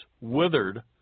withered